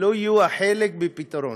לא יהיה חלק בפתרון,